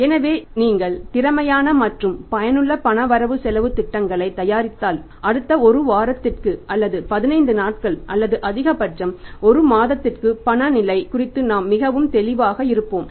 எனவே நீங்கள் திறமையான மற்றும் பயனுள்ள பண வரவு செலவுத் திட்டங்களைத் தயாரித்தால் அடுத்த 1 வாரத்திற்கு அல்லது 15 நாட்கள் அல்லது அதிகபட்சம் ஒரு மாதத்திற்கு பண நிலை குறித்து நாம் மிகவும் தெளிவாக இருப்போம்